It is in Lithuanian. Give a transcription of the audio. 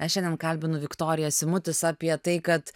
aš šiandien kalbinu viktoriją simutis apie tai kad